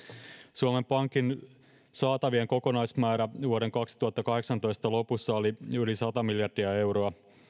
suomen pankin saatavien kokonaismäärä vuoden kaksituhattakahdeksantoista lopussa oli yli sata miljardia euroa